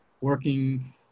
working